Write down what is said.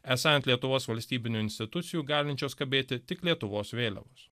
esą ant lietuvos valstybinių institucijų galinčios kabėti tik lietuvos vėliavos